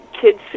kids